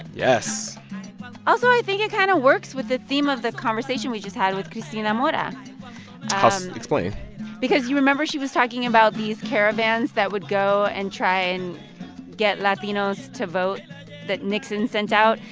yes also, i think it kind of works with the theme of the conversation we just had with cristina mora how explain because you remember, she was talking about these caravans that would go and try and get latinos to vote that nixon sent out.